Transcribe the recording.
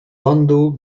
lądu